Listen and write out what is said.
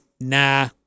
nah